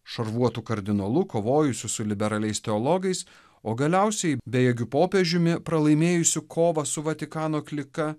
šarvuotu kardinolu kovojusių su liberaliais teologais o galiausiai bejėgiu popiežiumi pralaimėjusiu kovą su vatikano klika